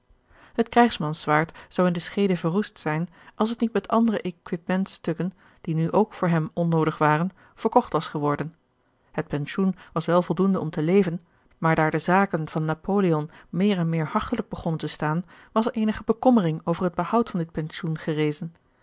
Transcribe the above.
het krijgsmanszwaard zou in de scheede verroest zijn als het niet met andere equipement stukken die nu ook voor hem onnoodig waren verkocht was geworden het pensioen was wel voldoende om te leven maar daar de zaken van napoleon meer en meer hagchelijk begonnen te staan was er eenige bekommering over het behoud van dit pensioen gerezen